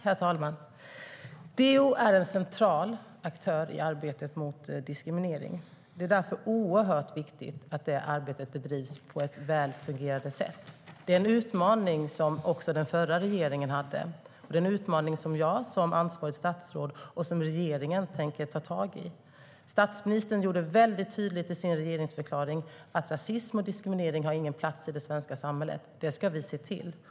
Herr talman! DO är en central aktör i arbetet mot diskriminering. Därför är det oerhört viktigt att det arbetet bedrivs på ett välfungerande sätt. Det är en utmaning som också den förra regeringen hade. Och det är en utmaning som jag, som ansvarigt statsråd, och regeringen tänker ta tag i. I sin regeringsförklaring gjorde statsministern det väldigt tydligt att rasism och diskriminering inte har någon plats i det svenska samhället. Det ska vi se till.